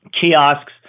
kiosks